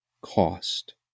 cost